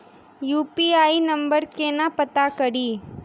UPI number केना पत्ता कड़ी?